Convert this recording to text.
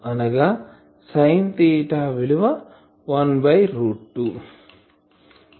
అనగా sine theta విలువ 1 by root 2